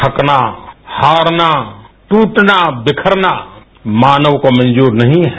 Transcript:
थकना हारना टूटना बिखरना मानव को मंजर नहीं है